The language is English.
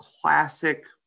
classic